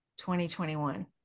2021